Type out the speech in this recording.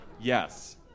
Yes